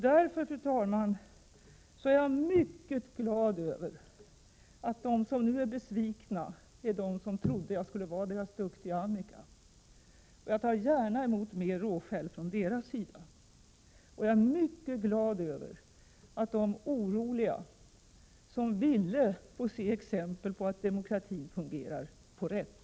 Därför är jag, fru talman, mycket glad över att de som nu är besvikna är de som trodde att jag skulle vara deras duktiga Annika. Jag tar gärna emot mera råskäll från deras sida, och jag är mycket glad över att de oroliga som ville få exempel på att demokratin fungerar får rätt.